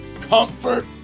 comfort